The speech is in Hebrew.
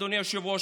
אדוני היושב-ראש,